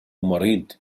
مريض